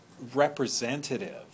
representative